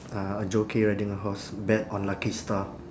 uh a jockey riding a horse bet on lucky star